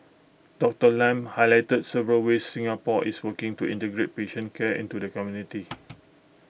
Doctor Lam highlighted several ways Singapore is working to integrate patient care into the community